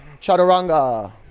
Chaturanga